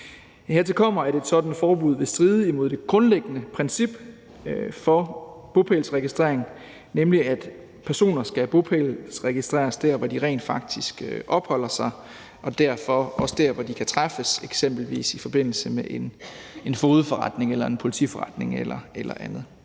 Hertil kommer, at et sådant forbud vil stride mod det grundlæggende princip for bopælsregistrering, nemlig at personer skal bopælsregistreres der, hvor de rent faktisk opholder sig, og som også er der, hvor de kan træffes i forbindelse med eksempelvis en fogedforretning, en politiforretning eller andet.